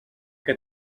que